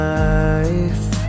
life